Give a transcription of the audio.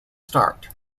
start